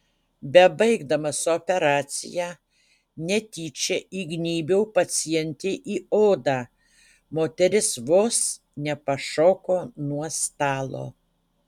bebaigdamas operaciją netyčia įgnybiau pacientei į odą moteris vos nepašoko nuo stalo